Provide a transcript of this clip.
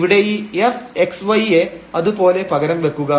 ഇവിടെ ഈ fx y യെ അതുപോലെ പകരം വെക്കുക